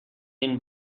این